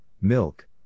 milk